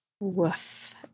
Woof